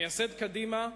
מייסד קדימה,